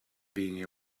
being